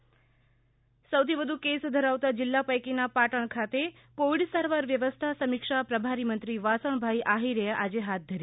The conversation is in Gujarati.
ઃ સૌથી વધુ કેસ ધરાવતા જિલ્લા પૈકીના પાટણ ખાતે કોવિડ સારવાર વ્યવસ્થા સમિક્ષા પ્રભારી મંત્રી વાસણ ભાઈ આહિર આજે હાથ ધરી